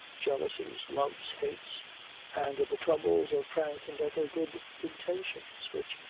jealousies, loves, hates and the troubles of transcendental good intentions, which,